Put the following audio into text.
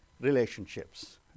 relationships